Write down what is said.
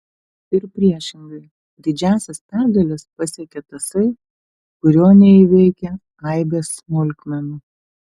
ir priešingai didžiąsias pergales pasiekia tasai kurio neįveikia aibės smulkmenų